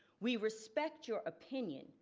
we respect your opinion,